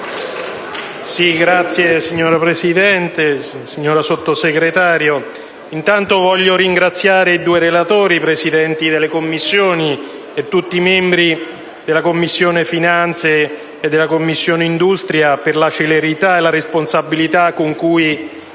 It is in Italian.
*(PD)*. Signora Presidente, signora Sottosegretario, vorrei anzitutto ringraziare i due relatori, i Presidenti delle Commissioni e tutti i membri della Commissione finanze e della Commissione industria per la celerità e la responsabilità con cui